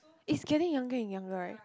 it's getting younger and younger right